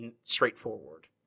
straightforward